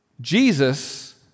Jesus